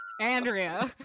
andrea